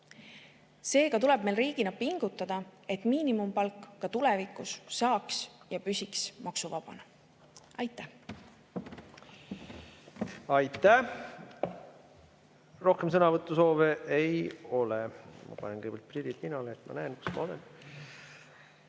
Seega tuleb meil riigina pingutada, et miinimumpalk ka tulevikus [oleks] ja püsiks maksuvabana. Aitäh! Aitäh! Rohkem sõnavõtusoove ei ole. Ma panen kõigepealt prillid ninale, et ma näeks, kus ma olen.